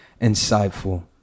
insightful